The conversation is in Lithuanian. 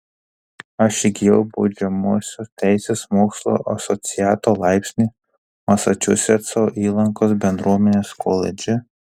aš įgijau baudžiamosios teisės mokslų asociato laipsnį masačusetso įlankos bendruomenės koledže